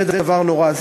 זה דבר נורא.